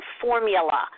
formula